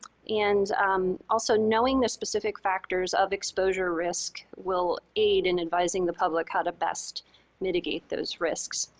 and um also knowing the specific factors of exposure risk will aid in advising the public how to best mitigate those risks.